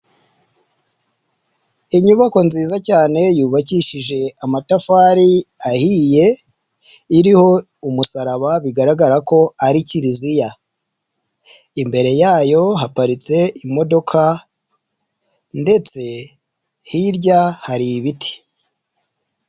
Inyubako nziza cyane yubakishije amatafari ahiye, iriho umusaraba bigaragara ko ari Kiliziya imbere yayo haparitse imodoka ndetse hirya hari ibiti.